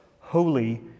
holy